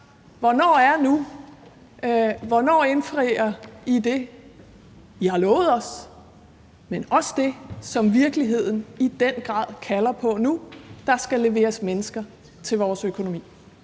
Hvornår er nu? Hvornår indfrier I det, I har lovet os, men også det, som virkeligheden i den grad kalder på nu: Der skal leveres mennesker til vores økonomi?